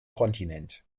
kontinent